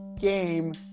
game